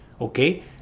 okay